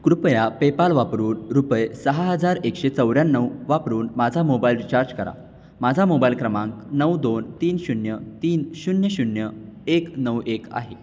कृपया पेपाल वापरून रुपये सहा हजार एकशे चौऱ्याण्णव वापरून माझा मोबाईल रिचार्ज करा माझा मोबाईल क्रमांक नऊ दोन तीन शून्य तीन शून्य शून्य एक नऊ एक आहे